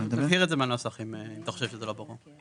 נבהיר את בנוסח אם אתה חושב שזה לא ברור.